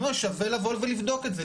שווה לבוא ולבדוק את זה,